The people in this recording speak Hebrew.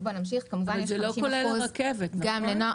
זה לא כולל את הרכבת, נכון?